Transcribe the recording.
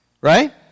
Right